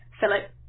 Philip